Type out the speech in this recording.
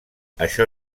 això